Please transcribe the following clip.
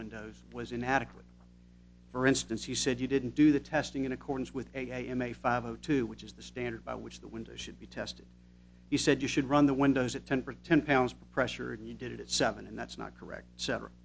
windows was inadequate for instance you said you didn't do the testing in accordance with a m a five o two which is the standard by which the windows should be tested he said you should run the windows at ten percent ten pounds pressure and you did it at seven and that's not correct severa